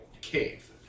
Cave